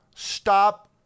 Stop